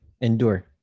Endure